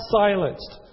silenced